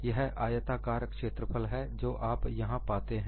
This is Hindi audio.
यह आयताकार क्षेत्रफल है जो आप यहां पाते हैं